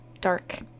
dark